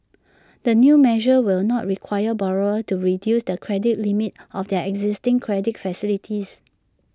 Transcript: the new measure will not require borrowers to reduce the credit limit of their existing credit facilities